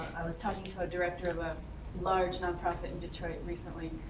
i was talking to a director of a large non profit in detroit recently,